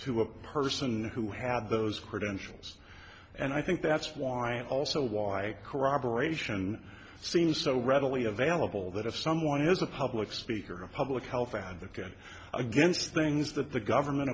to a person who had those credentials and i think that's why also why corroboration seems so readily available that if someone is a public speaker or a public health advocate against things that the government